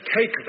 take